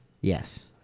Yes